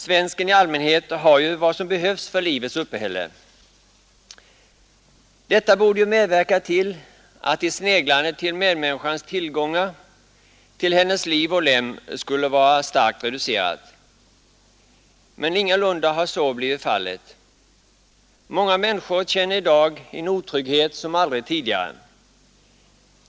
Svensken i allmänhet har ju vad som behövs till livets uppehälle. Detta borde ju medverka till att ett sneglande till medmänniskans tillgångar, till hennes liv och lem skulle vara starkt reducerat. Men ingalunda har så blivit fallet. Många människor känner i dag en otrygghet som aldrig tidigare.